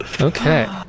Okay